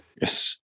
Yes